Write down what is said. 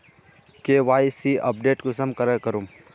KYC update कुंसम करे करूम?